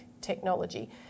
technology